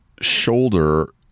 shoulder